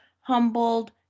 humbled